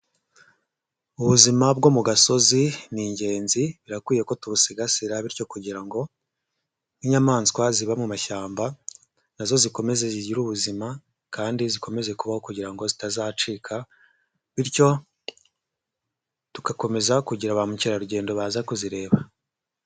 Ubuzima bwo mu gasozi ni ingenzi birakwiye ko tubusigasira bityo kugira ngo nk'inyamaswa ziba mu mashyamba nazo zikomeze zigire ubuzima kandi zikomeze kubaho kugira ngo zitazacika bityo, tugakomeza kugira ba mukerarugendo baza kuzireba.